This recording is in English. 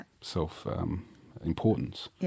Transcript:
self-importance